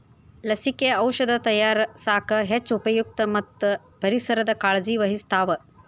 ಲಸಿಕೆ, ಔಔಷದ ತಯಾರಸಾಕ ಹೆಚ್ಚ ಉಪಯುಕ್ತ ಮತ್ತ ಪರಿಸರದ ಕಾಳಜಿ ವಹಿಸ್ತಾವ